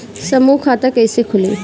समूह खाता कैसे खुली?